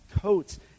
coats